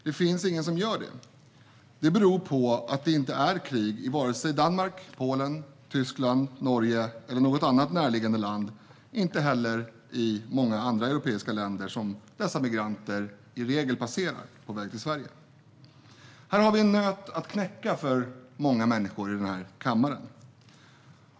Det finns ingen som gör det. Detta beror på att det inte är krig i vare sig Danmark, Polen, Tyskland, Norge eller något annat närliggande land och heller inte i många andra europeiska länder som dessa migranter i regel passerar på sin väg till Sverige. Här har vi en nöt att knäcka för många i denna kammare.